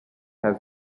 has